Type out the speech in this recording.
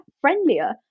friendlier